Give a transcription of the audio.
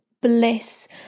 bliss